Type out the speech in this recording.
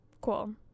Cool